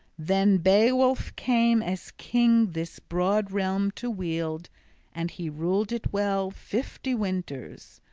then beowulf came as king this broad realm to wield and he ruled it well fifty winters,